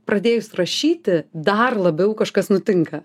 pradėjus rašyti dar labiau kažkas nutinka